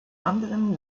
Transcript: anderen